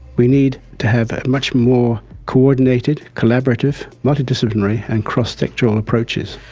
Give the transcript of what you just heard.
we need to have a much more coordinated, collaborative, multidisciplinary and cross-sectional approaches.